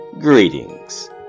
Greetings